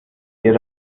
ihr